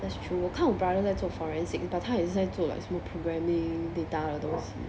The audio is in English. that's true 我看我 brother 在做 forensic but 他也是在做 like 什么 programming data 的东西